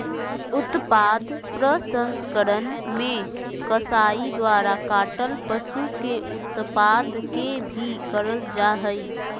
उत्पाद प्रसंस्करण मे कसाई द्वारा काटल पशु के उत्पाद के भी करल जा हई